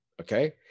Okay